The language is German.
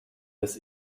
des